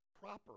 proper